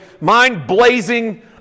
mind-blazing